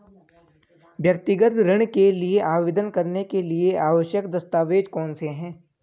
व्यक्तिगत ऋण के लिए आवेदन करने के लिए आवश्यक दस्तावेज़ कौनसे हैं?